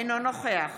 אינו נוכח